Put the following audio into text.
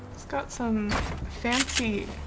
it's got some fancy